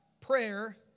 prayer